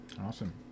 awesome